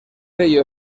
ello